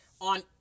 on